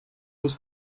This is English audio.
was